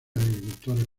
agricultores